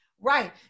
right